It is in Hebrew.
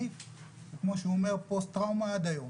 רק שאין לזה משאבים.